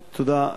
תודה.